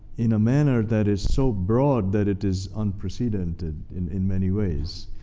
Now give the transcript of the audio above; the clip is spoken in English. in a manner that is so broad that it is unprecedented in in many ways.